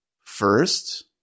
First